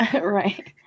Right